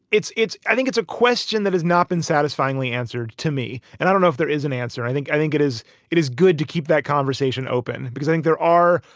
it's it's i think it's a question that has not been satisfyingly answered to me. and i don't know if there is an answer. i think. i think it is it is good to keep that conversation open, because i think there are,